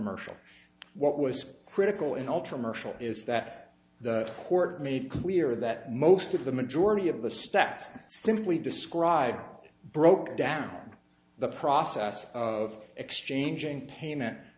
mercial what was critical and ultra mercial is that the court made clear that most of the majority of the steps that simply described broke down the process of exchanging payment